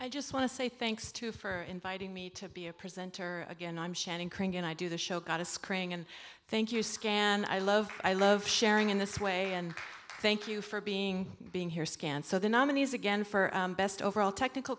i just want to say thanks too for inviting me to be a presenter again i'm shannon kringen i do the show got a screening and thank you scan i love i love sharing in this way and thank you for being being here scan so the nominees again for best overall technical